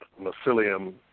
mycelium